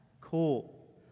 cool